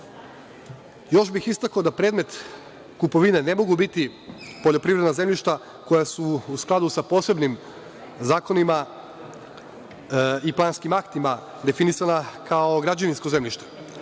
bih istakao da predmet kupovine ne mogu biti poljoprivredna zemljišta koja su u skladu sa posebnim zakonima i planskim aktima definisana kao građevinsko zemljište,